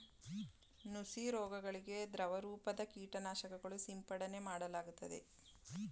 ನುಸಿ ರೋಗಗಳಿಗೆ ದ್ರವರೂಪದ ಕೀಟನಾಶಕಗಳು ಸಿಂಪಡನೆ ಮಾಡಲಾಗುತ್ತದೆ